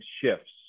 shifts